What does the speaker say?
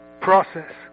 process